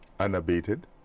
unabated